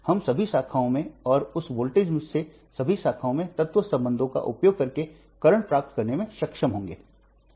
हम सभी शाखाओं में और उस वोल्टेज से सभी शाखाओं में तत्व संबंधों का उपयोग करके वर्तमान प्राप्त करने में सक्षम होंगे